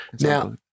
Now